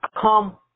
come